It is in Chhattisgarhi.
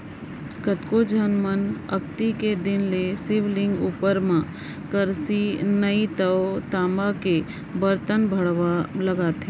कतको झन मन अक्ती के दिन ले शिवलिंग उपर म करसी नइ तव तामा के बरतन भँड़वा लगाथे